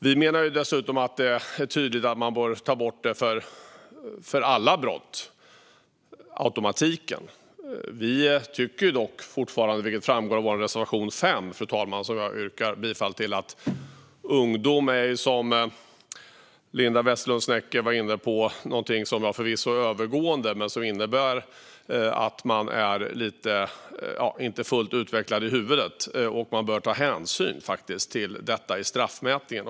Vi menar dessutom att det är tydligt att man bör ta bort automatiken för alla brott. Vi tycker dock fortfarande, vilket framgår av vår reservation 5, som jag yrkar bifall till, att ungdom förvisso är någonting som är övergående men som innebär att ungdomar inte är fullt utvecklade i huvudet och att man faktiskt bör ta hänsyn till detta i straffmätningen.